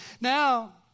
Now